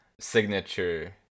signature